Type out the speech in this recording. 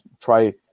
try